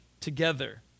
together